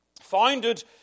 founded